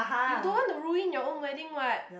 you don't want to ruin your own wedding what